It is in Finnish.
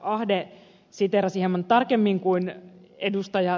ahde siteerasi hieman tarkemmin kuin ed